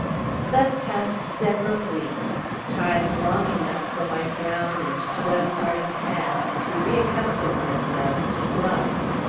thus passed several weeks time long enough for my brown and toil-hardened hands to reaccustom themselves to gloves.